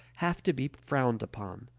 have to be frowned upon.